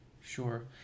Sure